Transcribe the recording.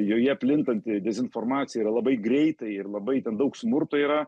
joje plintanti dezinformacija yra labai greitai ir labai daug smurto yra